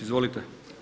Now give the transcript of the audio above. Izvolite.